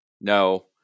no